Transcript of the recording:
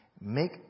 Make